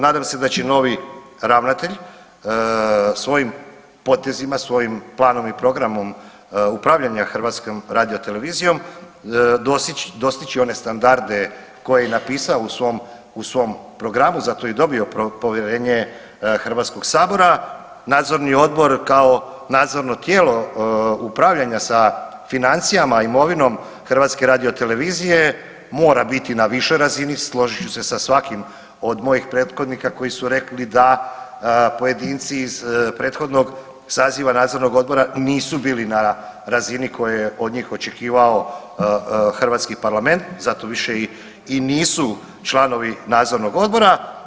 Nadam se da će novi ravnatelj svojim potezima, svojim planom i programom upravljanja HRT-om dostići one standarde koje je napisao u svom programu, zato je i dobio povjerenje HS-a, Nadzorni odbor kao nadzorno tijelo upravljanja sa financijama i imovinom HRT-a mora biti na višoj razini, složit ću se sa svakim od mojih prethodnika koji su rekli da pojedinci iz prethodnog saziva Nadzornog odbora nisu bili na razini koje od njih očekivao hrvatski parlament, zato više i nisu članovi Nadzornog odbora.